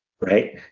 right